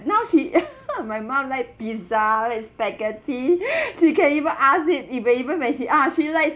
now she my mum like pizza and spaghetti she can even ask it if when even when she asks she's like